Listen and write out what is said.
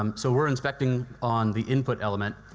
um so we're inspecting on the input element,